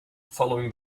following